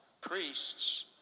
Priests